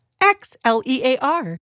X-L-E-A-R